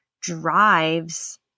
drives